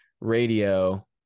radio